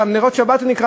גם נרות שבת זה נקרא